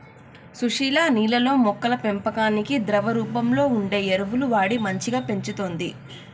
సుశీల నీళ్లల్లో మొక్కల పెంపకానికి ద్రవ రూపంలో వుండే ఎరువులు వాడి మంచిగ పెంచుతంది